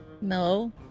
no